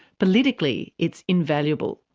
politically, it's invaluable.